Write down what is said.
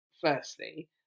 firstly